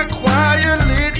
quietly